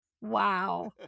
Wow